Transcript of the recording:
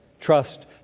Trust